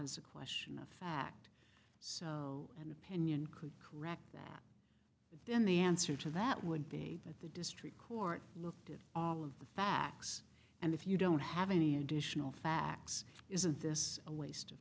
is a question of fact so and opinion could correct that then the answer to that would be that the district court looked at all of the facts and if you don't have any additional facts isn't this a waste of